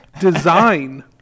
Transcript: Design